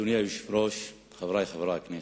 אדוני היושב-ראש, חברי חברי הכנסת,